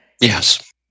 Yes